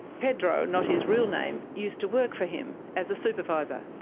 pedro, not his real name, used to work for him as a supervisor.